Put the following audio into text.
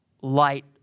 light